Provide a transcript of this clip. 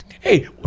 Hey